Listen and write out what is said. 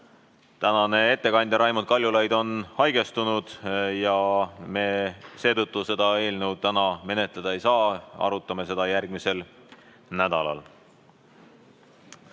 tänane ettekandja Raimond Kaljulaid haigestunud ja seetõttu me seda eelnõu täna menetleda ei saa. Arutame seda järgmisel nädalal.